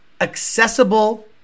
accessible